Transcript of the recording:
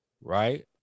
right